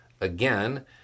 Again